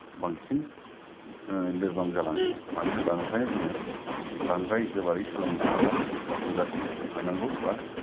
बांसिन लोरबां जालाङो मानो होनब्ला ओंखायनो जोङो बांद्राय गोबारै सालायनो नाङा बा लासै लासै थांनांगौ बा